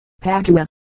Padua